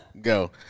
go